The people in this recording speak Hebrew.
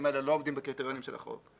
האלה לא עומדים בקריטריונים של החוק,